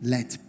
Let